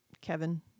Kevin